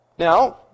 Now